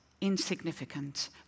insignificant